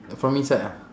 from inside ah